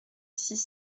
six